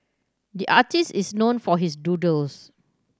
the artist is known for his doodles